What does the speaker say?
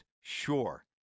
sure